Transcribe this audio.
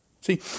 See